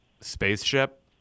spaceship